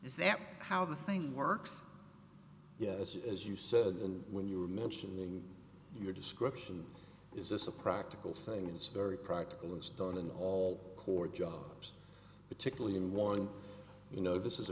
that how the thing works yes as you said and when you were mentioning your description is this a practical thing it's very practical it's done in all court jobs particularly in one you know this is